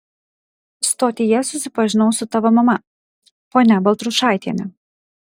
stotyje susipažinau su tavo mama ponia baltrušaitiene